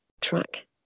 track